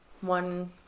one